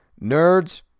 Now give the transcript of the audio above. nerds